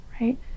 right